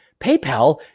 PayPal